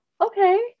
Okay